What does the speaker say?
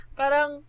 parang